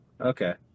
okay